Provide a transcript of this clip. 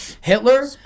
Hitler